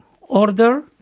Order